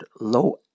low